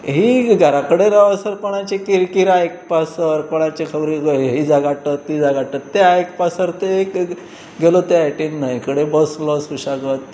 ही घरा कडेन रावसर कोणाची किरकीर आयकपासर कोणाची खबरी ही झगडटात ती झगडटात ते आयकपासर ते एक गेलो त्या सायडीन न्हंय कडेन बसलो सुशेगाद